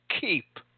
keep